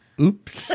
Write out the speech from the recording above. Oops